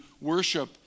worship